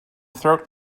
throat